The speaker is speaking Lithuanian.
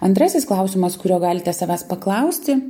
antrasis klausimas kurio galite savęs paklausti